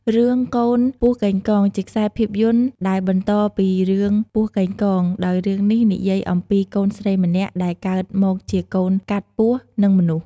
រឿង កូនពស់កេងកង ជាខ្សែភាពយន្តដែលបន្តពីរឿងពស់កេងកង ដោយរឿងនេះនិយាយអំពី កូនស្រីម្នាក់ដែលកើតមកជាកូនកាត់ពស់ និងមនុស្ស។